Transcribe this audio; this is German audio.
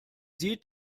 sieht